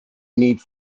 need